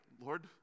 Lord